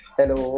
Hello